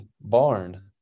barn